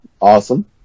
awesome